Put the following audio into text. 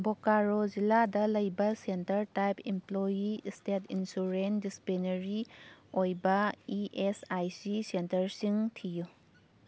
ꯕꯣꯀꯥꯔꯣ ꯖꯤꯂꯥꯗ ꯂꯩꯕ centre type employee state insurance dispensary ꯑꯣꯏꯕ ꯏ ꯑꯦꯁ ꯑꯥꯏ ꯁꯤ ꯁꯦꯟꯇꯔꯁꯤꯡ ꯊꯤꯌꯨ